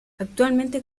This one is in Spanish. actualmente